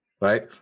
Right